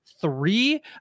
three